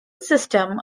system